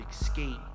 escape